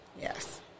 Yes